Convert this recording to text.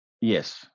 Yes